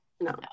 no